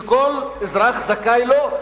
שכל אזרח זכאי לו,